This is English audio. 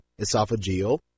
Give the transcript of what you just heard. esophageal